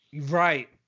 Right